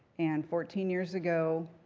and fourteen years ago,